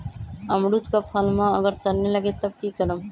अमरुद क फल म अगर सरने लगे तब की करब?